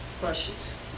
precious